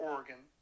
Oregon